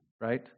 Right